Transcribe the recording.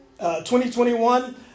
2021